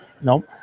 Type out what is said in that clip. no